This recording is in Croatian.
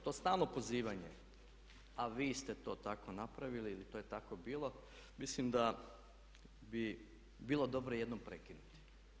To stalno pozivanje a vi ste to tako napravili ili to je tako bilo, mislim da bi bilo dobro jednom prekinuti.